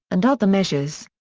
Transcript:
and other measures.